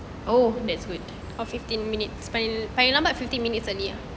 oh that's good